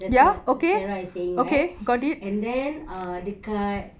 that's what sarah is saying right and then ah dekat